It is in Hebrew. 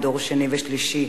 וזה דור שני ושלישי.